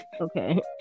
okay